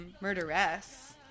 Murderess